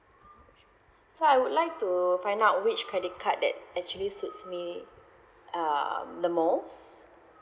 so I would like to find out which credit card that actually suits me um the most